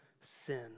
sin